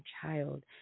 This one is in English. child